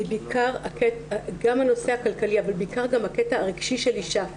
גם הנושא הכלכלי אבל בעיקר הקטע הרגשי של אישה.